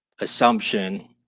assumption